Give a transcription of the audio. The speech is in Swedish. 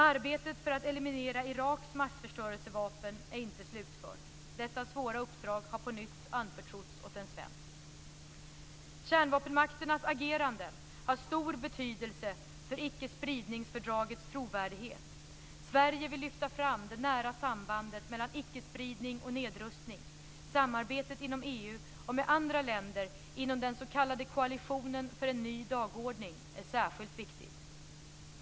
Arbetet för att eliminera Iraks massförstörelsevapen är inte slutfört. Detta svåra uppdrag har på nytt anförtrotts åt en svensk. Kärnvapenmakternas agerande har stor betydelse för icke-spridningsfördragets trovärdighet. Sverige vill lyfta fram det nära sambandet mellan ickespridning och nedrustning. Samarbetet inom EU och med andra länder inom den s.k. koalitionen för en ny dagordning är särskilt viktigt.